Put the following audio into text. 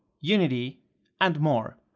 unity and more.